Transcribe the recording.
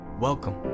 Welcome